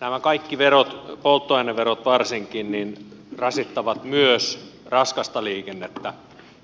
nämä kaikki verot polttoaineverot varsinkin rasittavat myös raskasta liikennettä